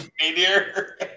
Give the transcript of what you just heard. Meteor